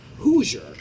hoosier